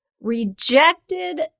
Rejected